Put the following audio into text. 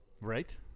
Right